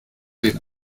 den